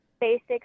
basics